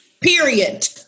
period